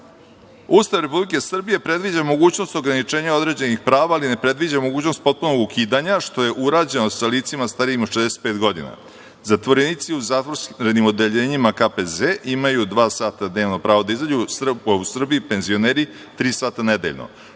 „Ustav Republike Srbije predviđa mogućnost ograničenja određenih prava, ali ne predviđa mogućnost potpunog ukidanja što je urađeno sa licima starijim od 65 godina. Zatvorenici u zatvorenim odeljenjima KPZ imaju dva sata dnevno da izađu, a u Srbiji penzioneri tri sata nedeljno,